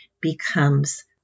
becomes